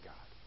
God